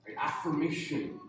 Affirmation